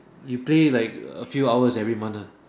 you play like a few hours every month lah